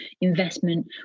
investment